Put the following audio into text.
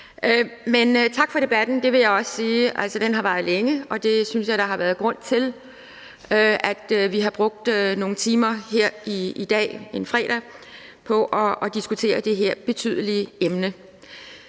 Men tak for debatten vil jeg også sige, den har varet længe. Jeg synes, der har været grund til, at vi har brugt nogle timer her i dag, en fredag, på at diskutere det her betydelige emne.